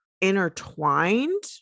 intertwined